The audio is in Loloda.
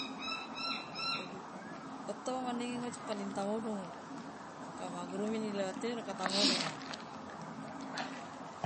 otomo manege ngoji paling ta modongo kama gurumingi ilewat ino la kata modongo